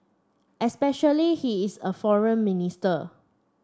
especially he is a foreign minister